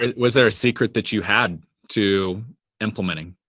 ah was there a secret that you had to implementing?